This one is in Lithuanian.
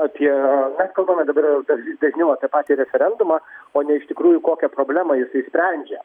apie mes kalbame dabar vis dažniau apie patį referendumą o ne iš tikrųjų kokią problemą jisai sprendžia